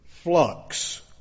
Flux